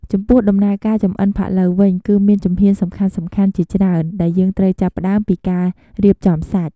ចំពោះ ដំណើរការចម្អិនផាក់ឡូវវិញ គឺមានជំហានសំខាន់ៗជាច្រើន ដែលយើងត្រូវចាប់ផ្ដើមពីការរៀបចំសាច់។